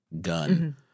gun